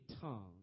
tongue